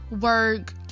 work